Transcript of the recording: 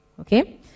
Okay